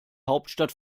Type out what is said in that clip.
hauptstadt